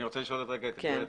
אני רוצה לשאול את גב' אגמון,